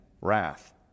wrath